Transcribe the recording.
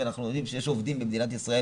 ואנחנו יודעים שיש עובדים במדינת ישראל